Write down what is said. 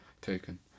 taken